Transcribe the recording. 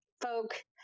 folk